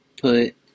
put